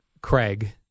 Craig